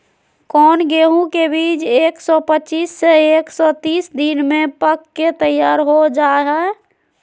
कौन गेंहू के बीज एक सौ पच्चीस से एक सौ तीस दिन में पक के तैयार हो जा हाय?